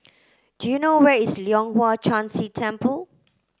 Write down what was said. do you know where is Leong Hwa Chan Si Temple